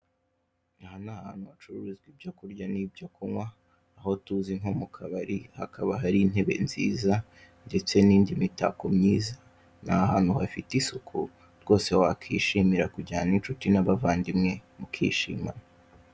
Aha ni ahantu hacururizwa ibyo kurya n'ibyo kunywa aho tuzi nko mukabari hakaba hari inebe nziza ndetse n'indi mitako myiza ni ahantu hafite isuku rwose wakwishimira kujyana n'inshuti n'abavandimwe ukishima.